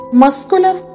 muscular